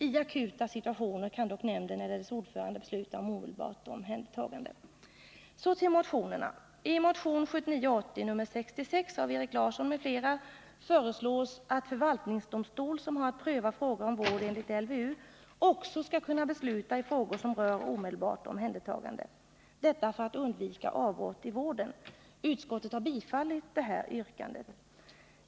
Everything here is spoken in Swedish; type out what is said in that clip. I akuta situationer kan dock nämnden eller dess ordförande besluta om omedelbart omhändertagande. Så till motionerna.